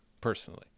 personally